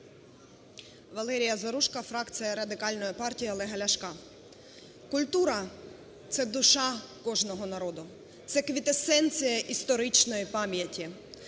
Валерія Заружко, фракція Радикальної партії Олега Ляшка. Культура – це душа кожного народу, це квінтесенція історичної пам'яті,